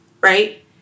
Right